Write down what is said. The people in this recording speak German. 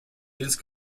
dienst